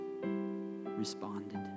responded